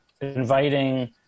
inviting